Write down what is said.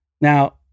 Now